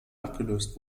abgelöst